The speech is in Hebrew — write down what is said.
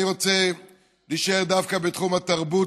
אני רוצה להישאר דווקא בתחום התרבות,